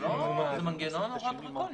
מנגנון נורא דרקוני.